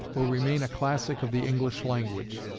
will remain a classic of the english language.